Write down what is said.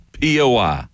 POI